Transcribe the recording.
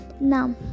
Now